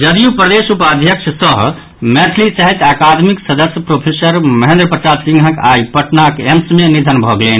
जदयू प्रदेश उपाध्यक्ष सह मैथिली साहित्य आकादमीक सदस्य प्रोफेसर महेन्द्र प्रसाद सिंहक आइ पटनाक एम्स मे निधन भऽ गेलनि